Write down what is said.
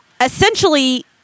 essentially